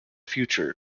future